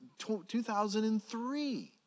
2003